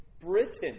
Britain